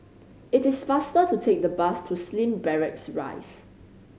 it is faster to take the bus to Slim Barracks Rise